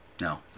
No